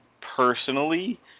personally